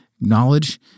knowledge